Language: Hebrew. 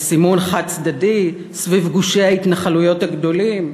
לסימון חד-צדדי סביב גושי ההתנחלויות הגדולים?